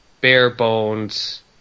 bare-bones